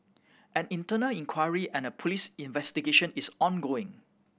an internal inquiry and a police investigation is ongoing